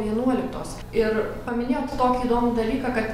vienuoliktos ir paminėjot tokį įdomų dalyką kad